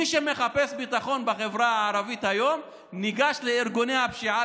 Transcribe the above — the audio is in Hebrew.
מי שמחפש ביטחון בחברה הערבית היום ניגש לארגוני פשיעה,